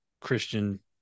Christian